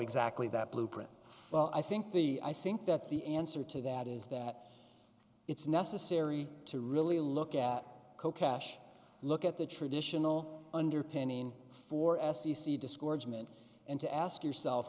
exactly that blueprint well i think the i think that the answer to that is that it's necessary to really look at co cash look at the traditional underpinning for f c c discouragement and to ask yourself